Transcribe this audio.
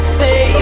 say